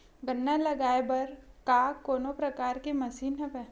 गन्ना लगाये बर का कोनो प्रकार के मशीन हवय?